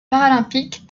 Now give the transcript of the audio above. paralympique